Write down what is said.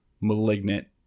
malignant